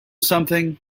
something